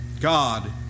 God